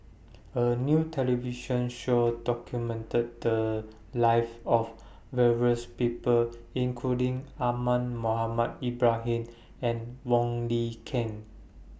A New television Show documented The Lives of various People including Ahmad Mohamed Ibrahim and Wong Lin Ken